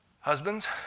Husbands